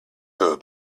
her